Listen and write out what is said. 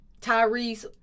Tyrese